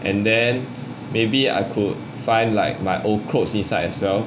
and then maybe I could find like my old clothes inside as well